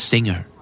Singer